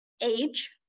Age